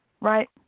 right